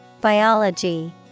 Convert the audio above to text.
Biology